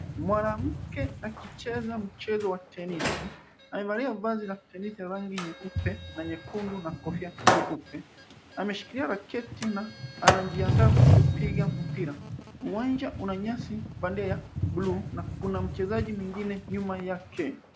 Mwanamke akicheza mchezo wa tenisi amevali vazi la tenisi la rangi ya nyeupe na nyekundu na kofia nyeupe ameshikilia raketi na anajiandaa kupiga mpira uwanja unanyasi bandia ya buluu na kuna mchezaji mwingine nyuma yake.